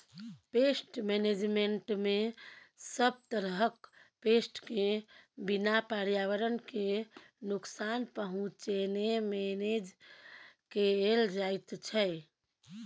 pest मेनेजमेन्टमे सब तरहक पेस्ट केँ बिना पर्यावरण केँ नुकसान पहुँचेने मेनेज कएल जाइत छै